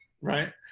right